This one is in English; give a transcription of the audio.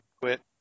quit